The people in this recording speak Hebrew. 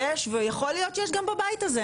ויכול להיות שיש גם בבית הזה,